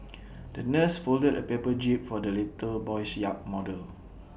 the nurse folded A paper jib for the little boy's yacht model